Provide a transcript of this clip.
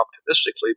optimistically